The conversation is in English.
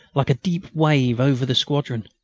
like a deep wave, over the squadron.